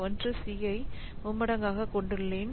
1 c ஐ மும்மடங்காகக் கொண்டுள்ளேன்